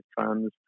fans